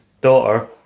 daughter